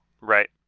Right